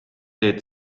teed